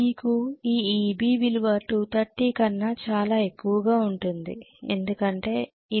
మీకు ఈ Eb విలువ 230 కన్నా చాలా ఎక్కువగా ఉంటుంది ఎందుకంటే ఇది VtIaRa